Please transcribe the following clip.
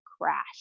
crash